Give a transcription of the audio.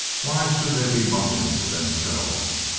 why should they be mumbling to themselves?